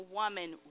woman